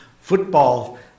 football